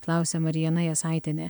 klausia mariana jasaitienė